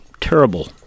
terrible